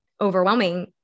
overwhelming